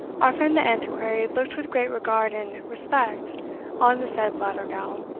our friend the antiquary looked with great regard and respect on the said blattergowl,